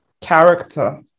character